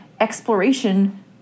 exploration